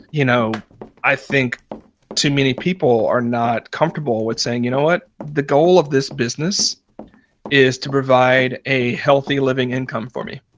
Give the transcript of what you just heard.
you know i think too many people are not comfortable with saying, you know what? the goal of this business is to provide a healthy living income for me.